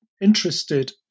interested